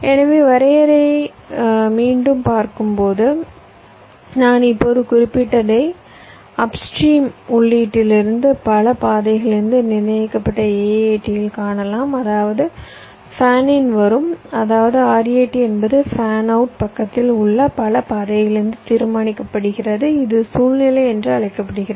எனவே வரையறையை மீண்டும் பார்க்கும்போது நான் இப்போது குறிப்பிட்டதை அப்ஸ்ட்ரீம் உள்ளீட்டிலிருந்து பல பாதைகளிலிருந்து நிர்ணயிக்கப்பட்ட AAT இல் காணலாம் அதாவது ஃபேன் இன் வரும் ஆனால் RAT என்பது ஃபேன் அவுட் பக்கத்தில் உள்ள பல பாதைகளிலிருந்து தீர்மானிக்கப்படுகிறது இது கீழ்நிலை என்று அழைக்கப்படுகிறது